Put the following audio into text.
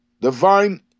divine